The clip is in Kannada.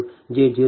1438 j0